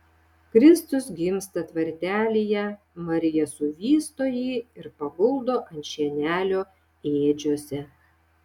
kristus gimsta tvartelyje marija suvysto jį ir paguldo ant šienelio ėdžiose